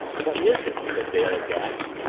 what is it? said dale aghast.